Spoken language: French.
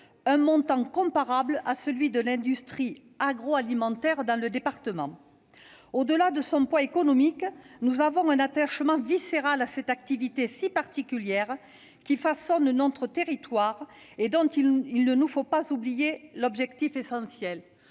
d'euros, comparable à celui de l'industrie agroalimentaire. Au-delà de son poids économique, nous avons un attachement viscéral à cette activité si particulière qui façonne notre territoire et dont il ne faut pas oublier l'objectif essentiel